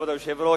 כבוד היושב-ראש,